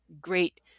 great